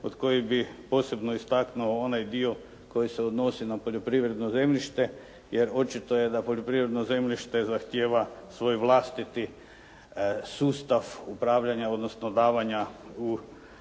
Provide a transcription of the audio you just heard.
kod kojih bi posebno istaknuo onaj dio koji se odnosi na poljoprivredno zemljište, jer očito je da poljoprivredno zemljište zahtjeva svoj vlastiti sustav upravljanja, odnosno davanja u upotrebu,